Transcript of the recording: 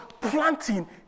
planting